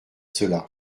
cela